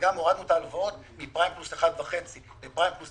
וגם הורדנו את ההלוואות מפריים פלוס 1.5% לפריים פלוס